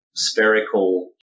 spherical